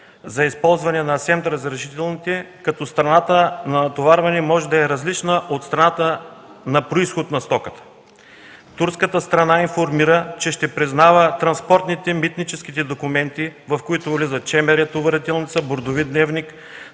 за използване на СЕМТ разрешителните, като страната на натоварване може да е различна от страната на произход на стоката. Турската страна информира, че ще признава транспортните, митническите документи, в които влиза ЧМР товарителница, бордови дневник,